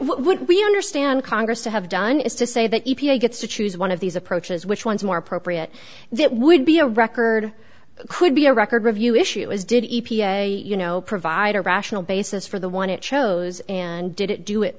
what what we understand congress to have done is to say that e p a gets to choose one of these approaches which one is more appropriate that would be a record could be a record review issue is did you know provide a rational basis for the one it chose and did it do it